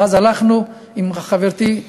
ואז הלכתי עם חברתי,